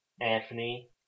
Anthony